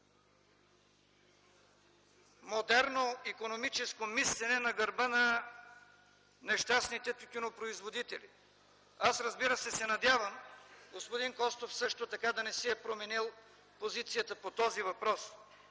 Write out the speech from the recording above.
модерно икономическо мислене на гърба на нещастните тютюнопроизводители. Аз, разбира се, се надявам господин Костов също така да не си е променил позицията по този въпрос.